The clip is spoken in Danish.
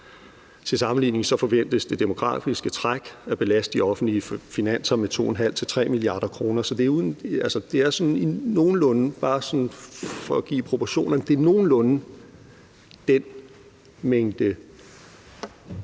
Til sammenligning forventes det demografiske træk at belaste de offentlige finanser med 2,5-3 mia. kr. Så bare for at give